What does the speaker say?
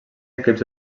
equips